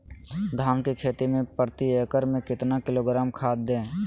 धान की खेती में प्रति एकड़ में कितना किलोग्राम खाद दे?